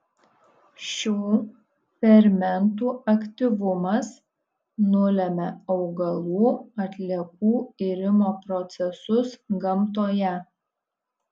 šių fermentų aktyvumas nulemia augalų atliekų irimo procesus gamtoje